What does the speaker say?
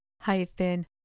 hyphen